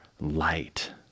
light